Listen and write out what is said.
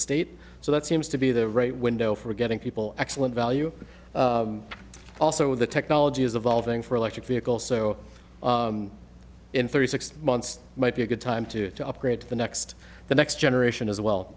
state so that seems to be the right window for getting people excellent value but also with the technology is evolving for electric vehicles so in three six months might be a good time to upgrade to the next the next generation as well